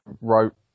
wrote